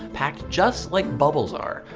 packed just like bubbles are.